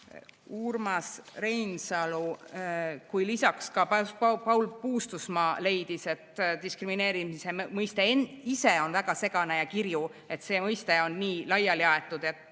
Urmas Reinsalu kui ka Paul Puustusmaa, kes leidis, et diskrimineerimise mõiste ise on väga segane ja kirju, see mõiste on nii laiali aetud, et